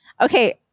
Okay